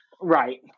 right